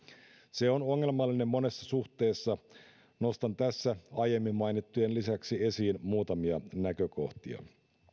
se on ongelmallinen monessa suhteessa nostan tässä aiemmin mainittujen lisäksi esiin muutamia näkökohtia